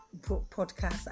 podcast